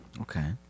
Okay